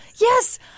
Yes